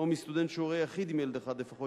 או מסטודנט שהוא הורה יחיד עם ילד אחד לפחות,